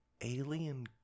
alien